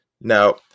Now